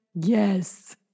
Yes